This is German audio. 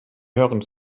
hören